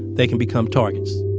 they can become targets